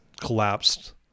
collapsed